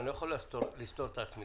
הרי אני לא יכול לסתור את עצמי,